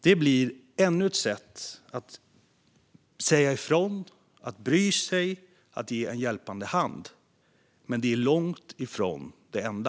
Det blir ännu ett sätt att säga ifrån, att bry sig och att ge en hjälpande hand, men det är långt ifrån det enda.